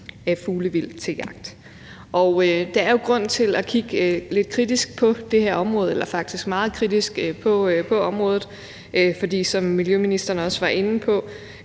af fuglevildt til jagt. Der er jo grund til at kigge lidt kritisk på det her område, eller der er faktisk grund til at kigge meget kritisk på området, for som miljøministeren også var inde på,